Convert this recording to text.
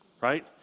right